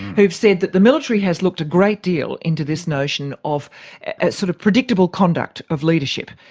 who've said that the military has looked a great deal into this notion of sort of predictable conduct of leadership,